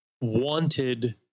wanted